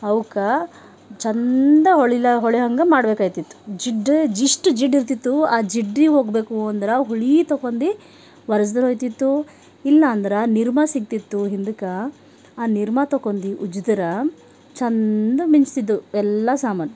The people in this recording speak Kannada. ಅವಕ್ಕೆ ಚೆಂದ ಹೊಳಿಲಾ ಹೊಳಿಯೋ ಹಂಗೆ ಮಾಡ್ಬೇಕಾಯ್ತಿತ್ತು ಜಿಡ್ಡು ಇಷ್ಟು ಜಿಡ್ಡಿರ್ತಿತ್ತು ಆ ಜಿಡ್ಡು ಹೋಗಬೇಕು ಅಂದ್ರೆ ಹುಳಿ ತಗೊಂಡು ಒರೆಸಿದ್ರು ಹೋಯ್ತಿತ್ತು ಇಲ್ಲಾಂದ್ರೆ ನಿರ್ಮಾ ಸಿಗ್ತಿತ್ತು ಹಿಂದಕ್ಕೆ ಆ ನಿರ್ಮಾ ತಗೊಂಡು ಉಜ್ಜಿದ್ರೆ ಚೆಂದ ಮಿಂಚ್ತಿದ್ದವು ಎಲ್ಲ ಸಾಮಾನು